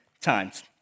times